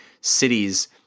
cities